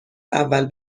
اول